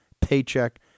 paycheck